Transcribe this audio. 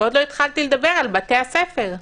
עוד לא התחלתי לדבר על בתי הספר,